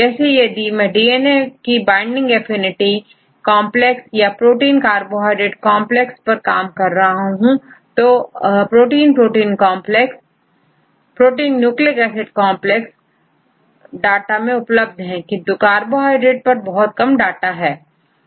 जैसे यदि मैं डीएनए की बाइंडिंग एफिनिटी कॉन्प्लेक्स या प्रोटीन कार्बोहाइड्रेट कांप्लेक्स पर काम कर रहा हूं तो हमें protein protein complex protein nucleic acid complex data में उपलब्ध है किंतु कार्बोहाइड्रेट बहुत कम डाटा उपलब्ध है